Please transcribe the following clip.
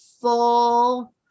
full